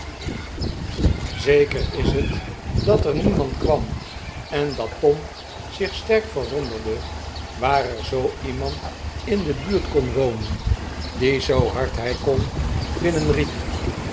zeker is het dat er niemand kwam en dat tom zich sterk verwonderde waar er iemand in de buurt kon wonen die zoo hard hij kon